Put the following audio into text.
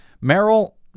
Merrill